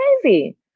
crazy